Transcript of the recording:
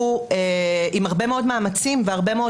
הוא עם הרבה מאוד מאמצים והרבה מאוד